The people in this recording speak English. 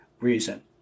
reason